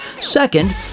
Second